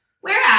Whereas